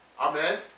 Amen